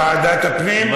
ועדת הפנים?